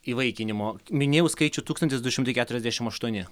įvaikinimo minėjau skaičių tūkstantis du šimtai keturiasdešim aštuoni